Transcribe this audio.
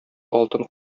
алтын